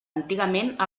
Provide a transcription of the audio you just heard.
antigament